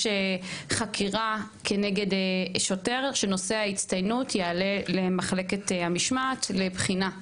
חקירה כנגד שוטר שנושא הצטיינות יעלה למחלקת המשמעת לבחינה.